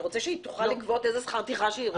אתה רוצה שהיא תוכל לגבות איזה שכר טרחה שהיא רוצה?